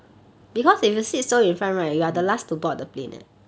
mm